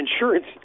Insurance